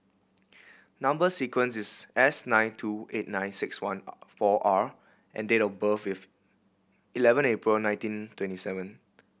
number sequence is S nine two eight nine six one four R and date of birth is eleven April nineteen twenty seven